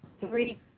three